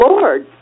Lord